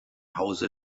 hause